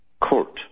court